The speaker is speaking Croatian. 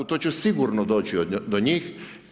To će sigurno doći do njih.